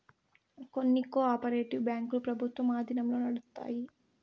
కొన్ని cooperative బ్యాంకులు ప్రభుత్వం ఆధీనంలో నడుత్తాయి